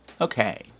okay